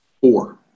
Four